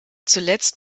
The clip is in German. zuletzt